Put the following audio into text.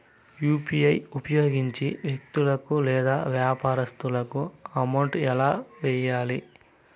UPI ఉపయోగించి వ్యక్తులకు లేదా వ్యాపారస్తులకు అమౌంట్ ఎలా వెయ్యాలి